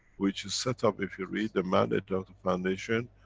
which is set up, if you read the mandate of the foundation,